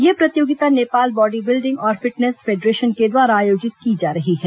यह प्रतियोगिता Nepal body building और फिटनेस फेडरेशन के द्वारा आयोजित की जा रही है